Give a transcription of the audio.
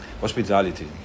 hospitality